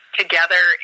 together